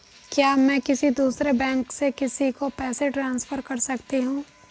क्या मैं किसी दूसरे बैंक से किसी को पैसे ट्रांसफर कर सकती हूँ?